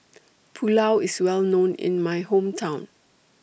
Pulao IS Well known in My Hometown